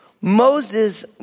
Moses